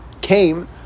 came